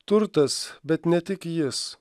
turtas bet ne tik jis